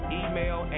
email